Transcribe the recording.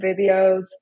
videos